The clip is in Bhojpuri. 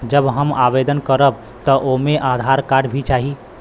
जब हम आवेदन करब त ओमे आधार कार्ड भी चाही?